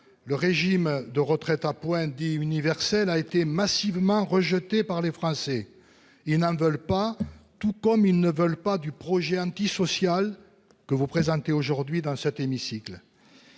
Le régime de retraite à points dit universel a été massivement rejeté par les Français. Ils n'en veulent pas. Tout comme ils ne veulent pas du projet antisocial que vous présentez aujourd'hui dans cet hémicycle.